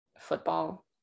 football